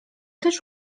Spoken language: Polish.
też